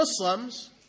Muslims